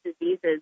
diseases